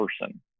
person